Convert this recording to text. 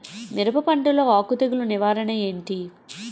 మిరప పంటలో ఆకు తెగులు నివారణ ఏంటి?